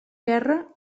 guerra